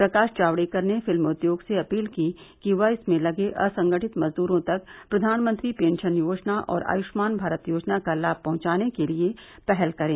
प्रकाश जावड़ेकर ने फिल्म उद्योग से अपील की कि वह इसमें लगे असंगठित मजदूरों तक प्रधानमंत्री पेंशन योजना और आयुष्मान भारत योजना का लाभ पहुंचाने के लिए पहल करें